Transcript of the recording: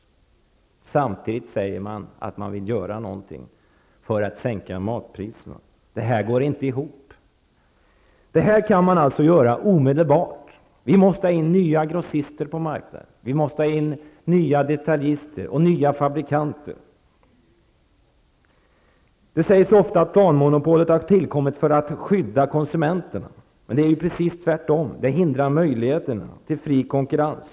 Och samtidigt säger man att man vill göra något för att sänka matpriserna! Det hela går inte ihop. Man kan sänka matpriserna omedelbart. Men då måste vi ha in nya grossister på marknaden. Vi måste också ha in nya detaljister och fabrikanter. Det sägs ofta att planmonopolet har tillkommit för att skydda konsumenterna. Men det förhåller sig precis tvärtom. Planmonopolet utgör ett hinder när det gäller möjligheterna till fri konkurrens.